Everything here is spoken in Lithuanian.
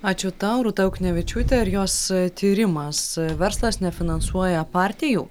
ačiū tau rūta juknevičiūtė ir jos tyrimas verslas nefinansuoja partijų